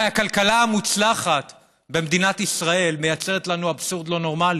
הרי הכלכלה המוצלחת במדינת ישראל מייצרת לנו אבסורד לא נורמלי.